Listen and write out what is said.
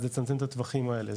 אז לצמצם את הטווחים האלה,